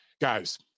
Guys